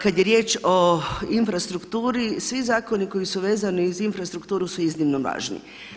Kada je riječ o infrastrukturi svi zakoni koji su vezani uz infrastrukturu su iznimno važni.